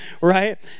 right